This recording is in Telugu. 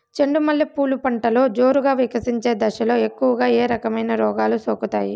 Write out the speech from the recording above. చెండు మల్లె పూలు పంటలో జోరుగా వికసించే దశలో ఎక్కువగా ఏ రకమైన రోగాలు సోకుతాయి?